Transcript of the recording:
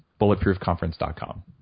Bulletproofconference.com